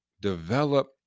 develop